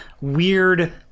weird